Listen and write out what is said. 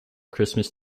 christmas